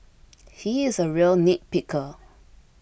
he is a real nitpicker